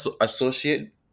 associate